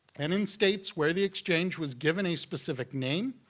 and in states where the exchange was given a specific name,